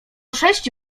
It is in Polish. sześć